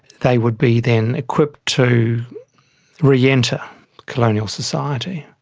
they would be then equipped to re-enter colonial society.